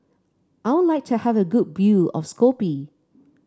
I would like to have a good view of Skopje